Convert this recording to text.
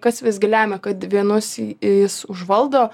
kas visgi lemia kad vienus jis užvaldo